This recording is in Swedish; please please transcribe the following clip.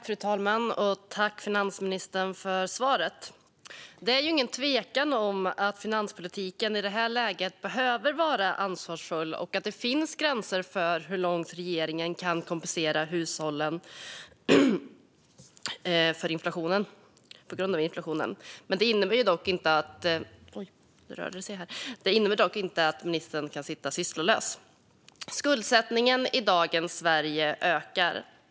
Fru talman! Jag tackar finansministern för svaret! Det är ingen tvekan om att finanspolitiken i det här läget behöver vara ansvarsfull och att det finns gränser för hur långt regeringen kan kompensera hushållen för inflationen. Det innebär dock inte att ministern kan sitta sysslolös. Skuldsättningen i dagens Sverige ökar.